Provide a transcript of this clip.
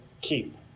keep